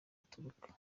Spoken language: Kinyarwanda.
uturuka